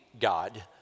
God